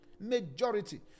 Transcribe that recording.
Majority